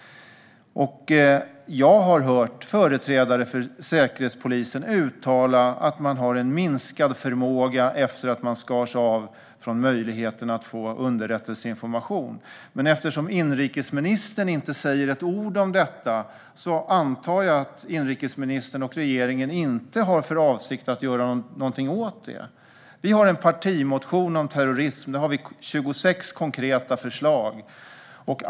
Jag har hört företrädare för Säkerhetspolisen uttala att man har en minskad förmåga efter att man skars av från möjligheterna att få underrättelseinformation. Men eftersom inrikesministern inte säger ett ord om detta antar jag att han och regeringen inte har för avsikt att göra någonting åt det. Vi har en partimotion om terrorism med 26 konkreta förslag.